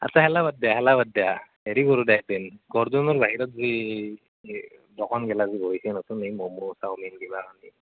আচ্ছা হেল্ল' বাদ দিয়া হেল্ল' বাদ দিয়া হেৰি কৰোঁ দে এদিন গৰদোনৰ বাহিৰত যি দোকান গেলাক যে বহিছে নতুন এই ম'ম চাওমিন কিবাকিবি